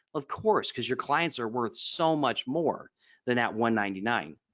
of course because your clients are worth so much more than that one ninety-nine.